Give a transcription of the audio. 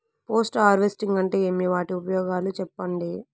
Post harvesting అంటే ఏమి? వాటి ఉపయోగాలు చెప్పండి?